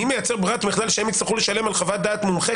אני מייצר ברירת מחדל שהם יצטרכו לשלם על חוות דעת מומחה